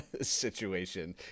Situation